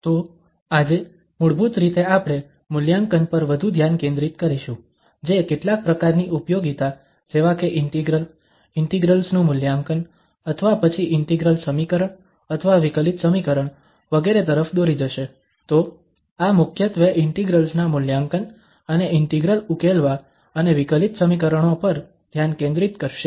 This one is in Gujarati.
તો આજે મૂળભૂત રીતે આપણે મૂલ્યાંકન પર વધુ ધ્યાન કેન્દ્રિત કરીશું જે કેટલાક પ્રકારની ઉપયોગિતા જેવા કે ઇન્ટિગ્રલ ઇન્ટિગ્રલ્સ નું મૂલ્યાંકન અથવા પછી ઇન્ટિગ્રલ સમીકરણ અથવા વિકલિત સમીકરણ વગેરે તરફ દોરી જશે તો આ મુખ્યત્વે ઇન્ટિગ્રલ્સ ના મૂલ્યાંકન અને ઇન્ટિગ્રલ ઉકેલવા અને વિકલિત સમીકરણો પર ધ્યાન કેન્દ્રિત કરશે